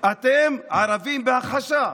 אתם ערבים בהכחשה.